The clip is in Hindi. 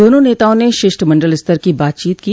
दोनों नेताओं ने शिष्टमंडल स्तर की बातचीत की